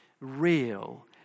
real